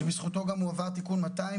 שזכותו גם הועבר תיקון 200,